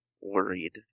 worried